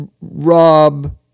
rob